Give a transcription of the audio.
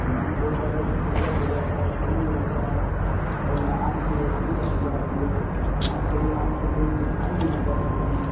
mind بہت زیادہ disturb ہو جاتا ہے صحیح نہیں رہتا ہے اور نہ آنکھ کی روشنی کم ہو جاتی ہے آنکھ سہی آنکھ سے صحیح سے دکھائی نہیں دیتا ہے کچھ بھی